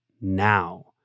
now